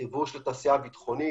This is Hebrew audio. חיבור של התעשייה הבטחונית,